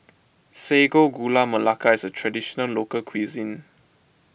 Sago Gula Melaka is a Traditional Local Cuisine